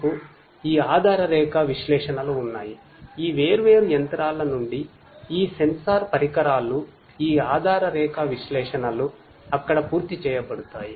మీకు ఈ ఆధారరేఖ విశ్లేషణలు ఉన్నాయి ఈ వేర్వేరు యంత్రాల నుండి ఈ సెన్సార్ విశ్లేషణలు నిర్వహించబడతాయి